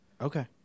Okay